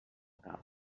cap